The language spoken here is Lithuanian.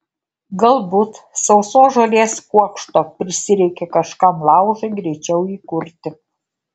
galbūt sausos žolės kuokšto prisireikė kažkam laužui greičiau įkurti